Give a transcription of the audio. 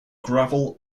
gravel